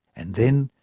and then,